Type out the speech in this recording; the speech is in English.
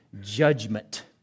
judgment